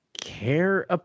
care